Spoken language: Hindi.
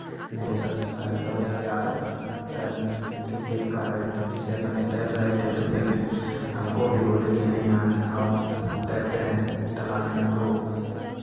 मेरे सब सारे दोस्त यार तैरने के लिये कह रहे थे जिसे अपनी तैर रहे थे तो फिर हमको भी बोले कि नहीं आन आओ तैरते हैं तालाब में तो